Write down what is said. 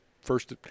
first